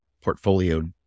portfolio